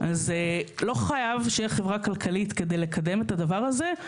לא חייבת להיות חברה כלכלית כדי לקדם את הדבר הזה,